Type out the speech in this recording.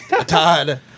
Todd